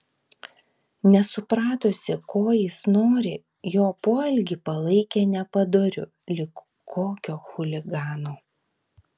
nesupratusi ko jis nori jo poelgį palaikė nepadoriu lyg kokio chuligano